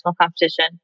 competition